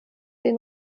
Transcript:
den